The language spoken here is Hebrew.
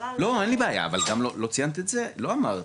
אין לי בעיה, אבל לא ציינת את זה, לא אמרת.